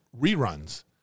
reruns